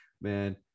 Man